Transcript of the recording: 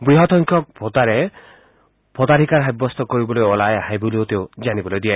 বৃহৎ সংখ্যক ভোটাৰসকলে তেওঁলোকৰ ভোটাধিকাৰ সাব্যস্ত কৰিবলৈ ওলাই আহে বলিও তেওঁ জানিবলৈ দিয়ে